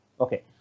okay